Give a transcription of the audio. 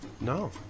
No